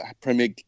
Premier